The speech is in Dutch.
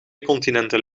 continenten